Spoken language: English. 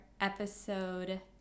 episode